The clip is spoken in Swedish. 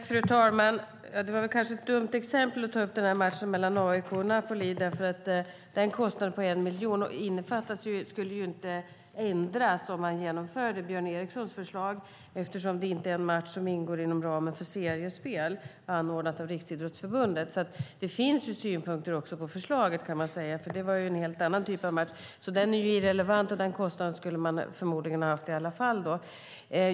Fru talman! Det var kanske dumt att ta matchen mellan AIK och Napoli som exempel, för kostnaden på 1 miljon skulle ju inte ändras om man genomförde Björn Erikssons förslag, eftersom den matchen inte hölls inom ramen för seriespel anordnat av Riksidrottsförbundet. Det finns synpunkter också på förslaget, kan man säga, för det var ju en helt annan typ av match och är därför irrelevant. Kostnaden skulle man alltså förmodligen ha haft i alla fall.